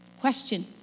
Question